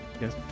Yes